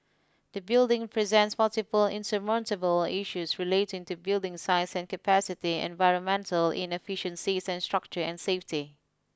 the building presents multiple insurmountable issues relating to building size and capacity environmental inefficiencies and structure and safety